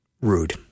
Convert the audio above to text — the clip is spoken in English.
rude